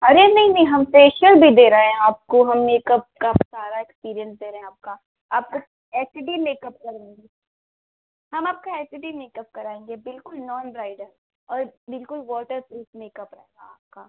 अरे नहीं नहीं हम फे़शियल भी दे रहे हैं आपको हम मेकअप का सारा एक्सपीरिएन्स दे रहें आपका आपको एच डी मेकअप करेंगे हम आपका एच डी मेकअप कराएंगे बिल्कुल नॉन ब्राइडल और बिल्कुल वाटरप्रूफ़ मेकअप रहेगा आपका